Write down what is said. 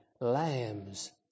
lambs